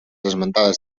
esmentades